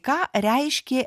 ką reiškė